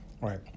Right